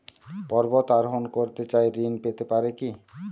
পর্বত আরোহণ করতে চাই ঋণ পেতে পারে কি?